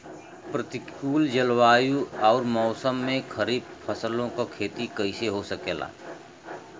प्रतिकूल जलवायु अउर मौसम में खरीफ फसलों क खेती कइसे हो सकेला?